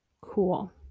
Cool